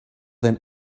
than